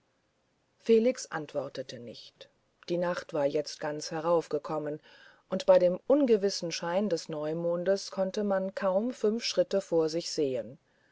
felix antwortete nicht die nacht war jetzt ganz heraufgekommen und bei dem ungewissen schein des neumonds konnte man kaum auf fünf schritte vor sich sehen